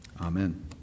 Amen